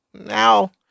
now